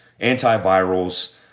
antivirals